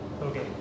Okay